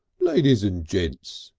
ladies and gents,